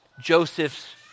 joseph's